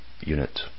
unit